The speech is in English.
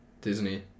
Disney